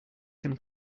can